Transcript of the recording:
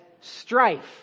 strife